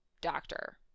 doctor